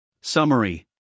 Summary